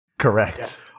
correct